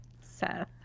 Seth